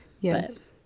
Yes